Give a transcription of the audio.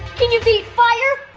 can you beat fire?